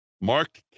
mark